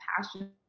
passion